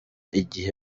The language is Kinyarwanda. igihe